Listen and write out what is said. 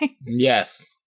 Yes